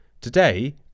Today